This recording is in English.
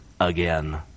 again